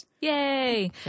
Yay